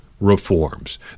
reforms